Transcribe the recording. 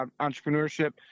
entrepreneurship